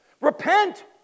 Repent